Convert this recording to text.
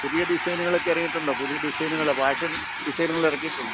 പുതിയ ഡിസൈനുകളൊക്കെ ഇറങ്ങിയിട്ടുണ്ടോ പുതിയ ഡിസൈനുകള് ഫാഷൻ ഡിസൈനുകൾ ഇറക്കിയിട്ടുണ്ടോ